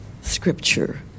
scripture